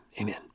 amen